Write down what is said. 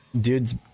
dude's